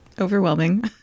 overwhelming